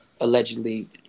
allegedly